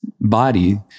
body